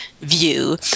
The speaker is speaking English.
view